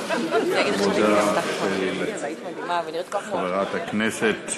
לכבודה של חברת הכנסת